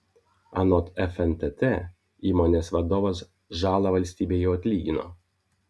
anot fntt įmonės vadovas žalą valstybei jau atlygino